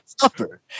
suffer